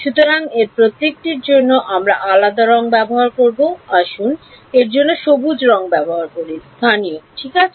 সুতরাং এর প্রত্যেকটির জন্য আমরা আলাদা রঙ ব্যবহার করব আসুন এর জন্য সবুজ রঙ ব্যবহার করি স্থানীয় ঠিক আছে